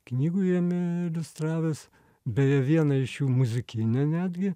knygų jame iliustravęs beje vieną iš jų muzikinę netgi